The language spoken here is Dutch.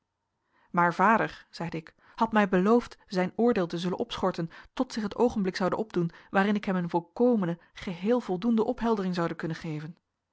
maar vader zeide ik had mij beloofd zijn oordeel te zullen opschorten tot zich het oogenblik zoude opdoen waarin ik hem een volkomene geheel voldoende opheldering zoude kunnen geven